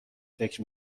فکر